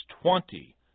twenty